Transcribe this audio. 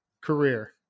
career